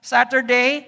Saturday